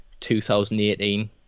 2018